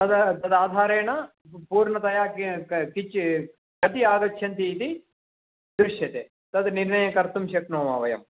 तद् तदाधारेण पूर्णतया क् क् किञ्चित् कति आगच्छन्ति इति दृश्यते तद् निर्णयं कर्तुं शक्नुमः वयं